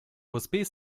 usb